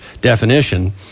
definition